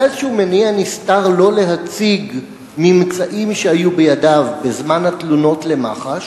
היה איזה מניע נסתר לא להציג ממצאים שהיו בידיו בזמן התלונות למח"ש,